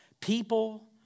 People